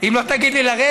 אם לא תגיד לי לרדת,